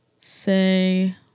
say